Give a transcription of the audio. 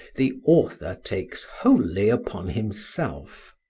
the author takes wholly upon himself.